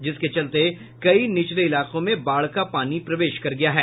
जिसके चलते कई निचले इलाके में बाढ़ का पानी प्रवेश कर गया है